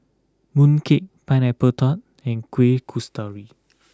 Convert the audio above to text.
Mooncake Pineapple Tart and Kuih Kasturi